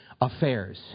affairs